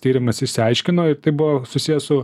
tyrimas išsiaiškino ir tai buvo susiję su